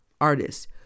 artists